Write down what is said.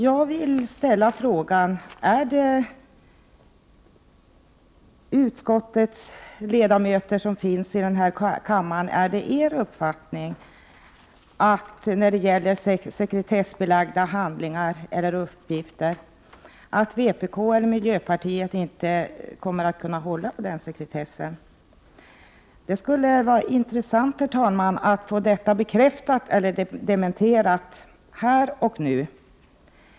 Jag ställer frågan: Är det utskottsledamöternas i denna kammare uppfattning att vpk och miljöpartiet inte kan hålla på sekretessen i fråga om just sekretessbelagda handlingar eller uppgifter? Det vore, herr talman, intressant att få detta bekräftat eller dementerat här och nu.